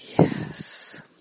Yes